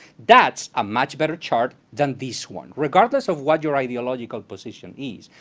that's a much better chart than this one. regardless of what your ideological position is,